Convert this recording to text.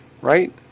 right